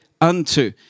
unto